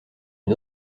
une